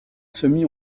semi